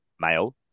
male